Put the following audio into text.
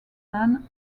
man